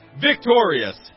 victorious